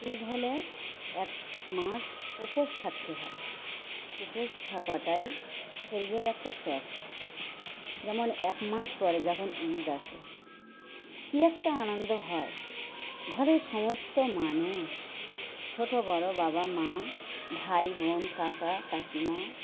ঈদ হলে এক মাস উপোস থাকতে হয় উপোস থাকাটাই শরীরের একটা চর্চা যেমন এক মাস পরে যখন ঈদ আসে কী একটা আনন্দ হয় ঘরের সমস্ত মানুষ ছোটো বড়ো বাবা মা ভাই বোন কাকা কাকিমা